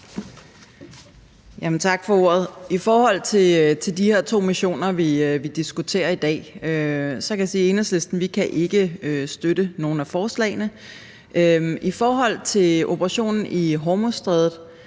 Tak for ordet. I forhold til de her to missioner, vi diskuterer i dag, kan jeg sige, at Enhedslisten ikke kan støtte nogen af forslagene. I forhold til operationen i Hormuzstrædet